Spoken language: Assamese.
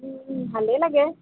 ভালেই লাগে